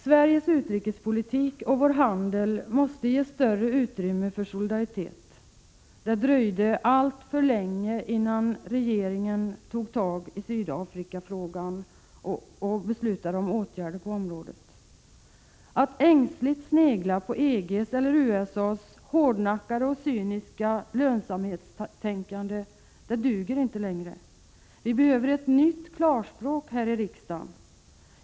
Sveriges utrikespolitik och vår handel måste ge större utrymme för solidaritet. Det dröjde alltför länge innan regeringen tog tag i Sydafrikafrågan och beslutade om åtgärder på det området. Att ängsligt snegla på EG:s eller USA:s hårdnackade och cyniska lönsamhetstänkande duger inte längre. Vi behöver ett nytt klarspråk här i riksdagen.